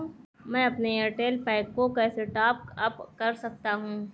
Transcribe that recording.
मैं अपने Airtel pack को कैसे टॉप अप कर सकता हूँ?